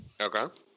Okay